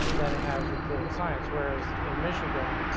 than it has with political science. whereas in michigan